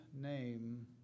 name